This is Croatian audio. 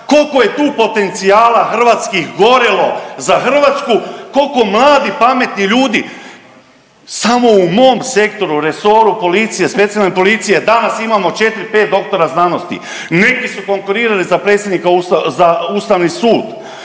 kolko je tu potencijala hrvatskih gorilo za Hrvatsku, koliko mladih i pametnih ljudi samo u mom sektoru, resoru policije, specijalne policije, danas imamo 4-5 doktora znanosti, neki su konkurirali za predsjednika, za ustavni sud,